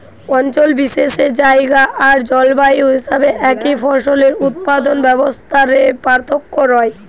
অঞ্চল বিশেষে জায়গা আর জলবায়ু হিসাবে একই ফসলের উৎপাদন ব্যবস্থা রে পার্থক্য রয়